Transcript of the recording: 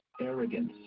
arrogance